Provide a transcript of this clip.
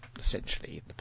essentially